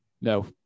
no